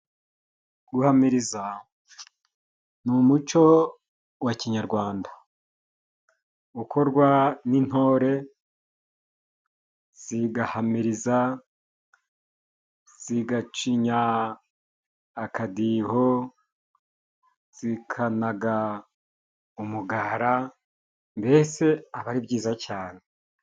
Guhamiriza ni umuco wa kinyarwanda ukorwa n'intore, zigahamiriza, zigacinya akadiho, zikanaga umugarara, mbese aba ari byiza cyane.